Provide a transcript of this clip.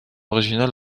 originale